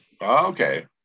Okay